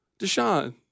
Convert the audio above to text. Deshaun